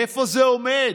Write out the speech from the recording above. איפה זה עומד?